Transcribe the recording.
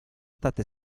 state